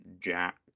Jack